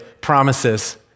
promises